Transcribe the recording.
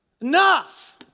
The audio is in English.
Enough